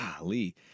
Golly